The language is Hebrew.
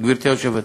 גברתי היושבת-ראש.